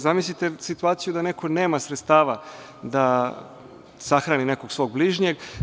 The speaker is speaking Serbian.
Zamislite situaciju da neko nema sredstava da sahrani nekog svog bližnjeg.